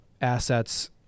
assets